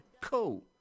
cool